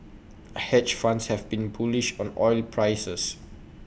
hedge funds have been bullish on oil prices